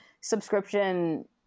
subscription